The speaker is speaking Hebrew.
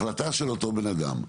החלטה של אותו בן אדם,